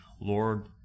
Lord